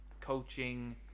coaching